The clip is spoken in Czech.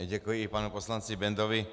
Děkuji i panu poslanci Bendovi.